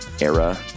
era